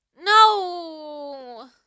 No